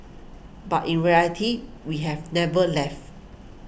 but in reality we have never left